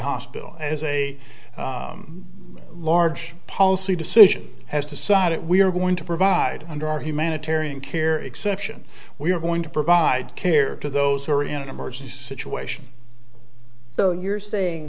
hospital as a large policy decision has decided we are going to provide under our humanitarian care exception we are going to provide care to those who are in an emergency situation so you're saying